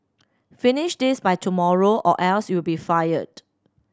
finish this by tomorrow or else you'll be fired